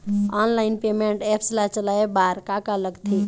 Online payment apps ला चलाए बार का का लगथे?